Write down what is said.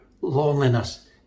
loneliness